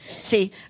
See